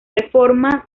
reforma